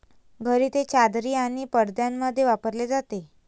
घरी ते चादरी आणि पडद्यांमध्ये वापरले जाते